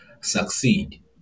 succeed